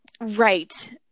Right